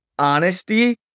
Honesty